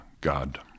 God